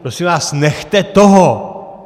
Prosím vás, nechte toho!